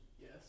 Yes